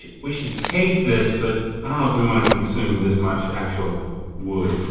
yeah we should taste this but i don't know if we wanna consume this much actual wood.